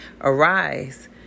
arise